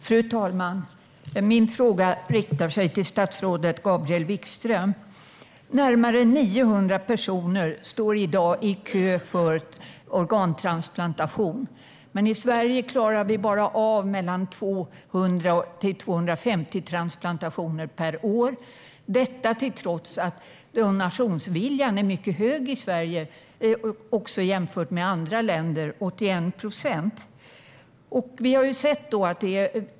Fru talman! Min fråga riktar sig till statsrådet Gabriel Wikström. Närmare 900 personer står i dag i kö för organtransplantation. Men i Sverige klarar vi bara av mellan 200 och 250 transplantationer per år - detta trots att donationsviljan är mycket hög i Sverige jämfört med andra länder, 81 procent.